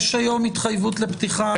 אבל יש היום התחייבות לפתיחה?